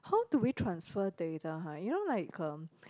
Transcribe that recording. how do we transfer data ha you know like um